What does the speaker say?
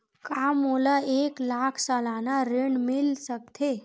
का मोला एक लाख सालाना ऋण मिल सकथे?